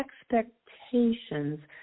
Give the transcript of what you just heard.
expectations